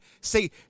Say